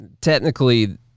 technically